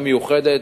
מיוחדת,